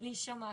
להישמע.